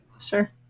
Sure